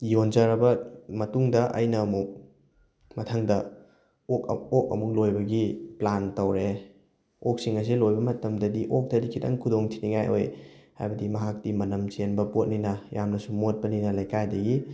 ꯌꯣꯟꯖꯔꯕ ꯃꯇꯨꯡꯗ ꯑꯩꯅ ꯑꯃꯨꯛ ꯃꯊꯪꯗ ꯑꯣꯛ ꯑꯣꯛ ꯑꯃꯨꯛ ꯂꯣꯏꯕꯒꯤ ꯄ꯭ꯂꯥꯟ ꯇꯧꯔꯛꯑꯦ ꯑꯣꯛꯁꯤꯡ ꯑꯁꯤ ꯂꯣꯏꯕ ꯃꯇꯝꯗꯗꯤ ꯑꯣꯛꯇꯗꯤ ꯈꯤꯇꯪ ꯈꯨꯗꯣꯡꯊꯤꯅꯤꯡꯉꯥꯏ ꯑꯣꯏ ꯍꯥꯏꯕꯗꯤ ꯃꯍꯥꯛꯇꯤ ꯃꯅꯝ ꯆꯦꯟꯕ ꯄꯣꯠꯅꯤꯅ ꯌꯥꯝꯅꯁꯨ ꯃꯣꯠꯄꯅꯤꯅ ꯂꯩꯀꯥꯏꯗꯒꯤ